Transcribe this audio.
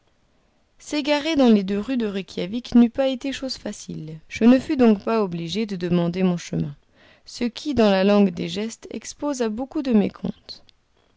s'égarer dans les deux rues de reykjawik n'eût pas été chose facile je ne fus donc pas obligé de demander mon chemin ce qui dans la langue des gestes expose à beaucoup de